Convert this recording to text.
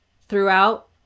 throughout